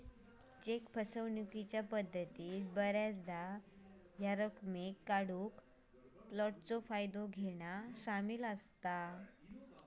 check फसवणूकीच्या पद्धतीत बऱ्याचदा ह्या रकमेक काढूक फ्लोटचा फायदा घेना सामील असा